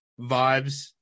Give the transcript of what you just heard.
vibes